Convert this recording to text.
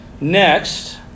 Next